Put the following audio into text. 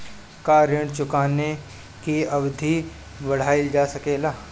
क्या ऋण चुकाने की अवधि बढ़ाईल जा सकेला?